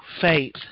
faith